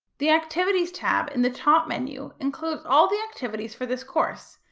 the activities tab in the top menu includes all the activities for this course,